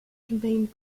convened